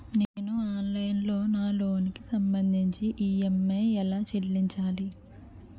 నేను ఆన్లైన్ లో నా లోన్ కి సంభందించి ఈ.ఎం.ఐ ఎలా చెల్లించాలి?